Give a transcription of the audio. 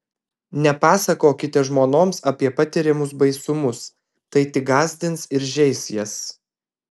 nepasakokite žmonoms apie patiriamus baisumus tai tik gąsdins ir žeis jas